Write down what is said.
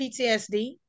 PTSD